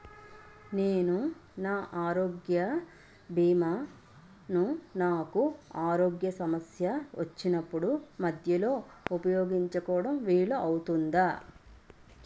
నేను నా ఆరోగ్య భీమా ను నాకు ఆరోగ్య సమస్య వచ్చినప్పుడు మధ్యలో ఉపయోగించడం వీలు అవుతుందా?